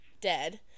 dead